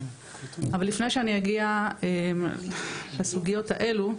אבל לפני שאני אגיע לסוגיות האלו,